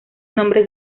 nombres